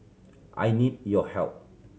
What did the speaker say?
I need your help